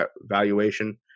valuation